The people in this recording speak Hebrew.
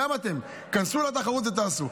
גם אתם, כנסו לתחרות ותעשו.